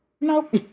Nope